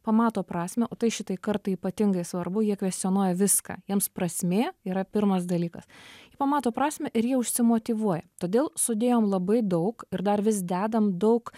pamato prasmę o tai šitai kartai ypatingai svarbu jie kvestionuoja viską jiems prasmė yra pirmas dalykas pamato prasmę ir jie užsimotyvuoja todėl sudėjom labai daug ir dar vis dedam daug